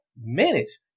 minutes